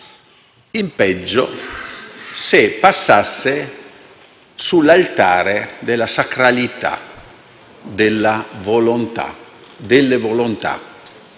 in peggio se passasse sull'altare della sacralità delle volontà della persona.